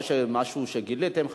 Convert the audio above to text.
או משהו חדש שגיליתם,